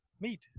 meet